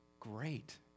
Great